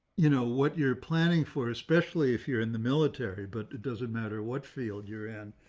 you know, what you're planning for, especially if you're in the military, but it doesn't matter what field you're in.